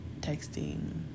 texting